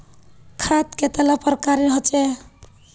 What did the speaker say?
खाद कतेला प्रकारेर होचे?